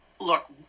look